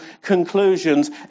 conclusions